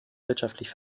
wirtschaftlich